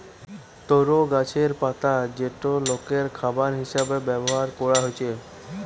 তরো গাছের পাতা যেটা লোকের খাবার হিসাবে ব্যভার কোরা হচ্ছে